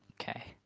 Okay